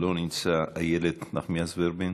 לא נמצא, איילת נחמיאס ורבין?